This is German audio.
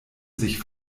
sich